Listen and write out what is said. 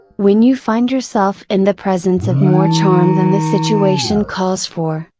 when you find yourself in the presence of more charm than the situation calls for,